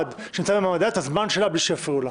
שנמצא בוועדה את הזמן שלו בלי שיפריעו לו.